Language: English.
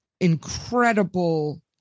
incredible